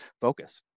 focus